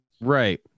Right